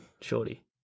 Shorty